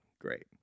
great